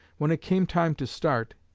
when it came time to start,